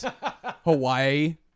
Hawaii